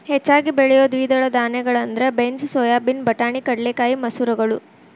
ಹೆಚ್ಚಾಗಿ ಬೆಳಿಯೋ ದ್ವಿದಳ ಧಾನ್ಯಗಳಂದ್ರ ಬೇನ್ಸ್, ಸೋಯಾಬೇನ್, ಬಟಾಣಿ, ಕಡಲೆಕಾಯಿ, ಮಸೂರಗಳು